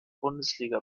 bundesliga